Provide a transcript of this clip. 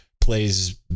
plays